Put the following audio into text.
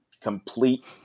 complete